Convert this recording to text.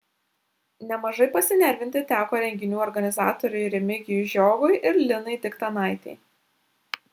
nemažai pasinervinti teko renginių organizatoriui remigijui žiogui ir linai diktanaitei